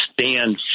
stand